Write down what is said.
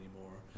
anymore